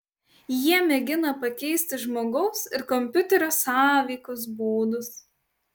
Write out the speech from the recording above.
jie mėgina pakeisti žmogaus ir kompiuterio sąveikos būdus